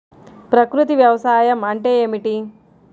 ప్రకృతి వ్యవసాయం అంటే ఏమిటి?